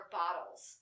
bottles